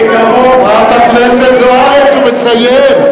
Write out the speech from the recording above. עופר עיני, חברת הכנסת זוארץ, הוא מסיים.